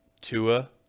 Tua